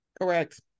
Correct